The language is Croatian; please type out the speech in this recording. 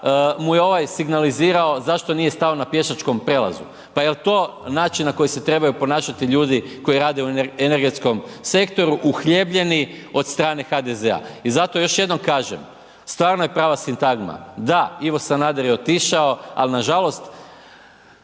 mu je ovaj signalizirao zašto nije stao na pješačkom prijelazu. Pa jel to način na koji se trebaju ponašati ljudi koji rade u energetskom sektoru, uhljebljeni od strane HDZ-a? I zato još jednom kažem, stvarno je prava sintagma, da Ivo Sanader je otišao, al nažalost,